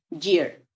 year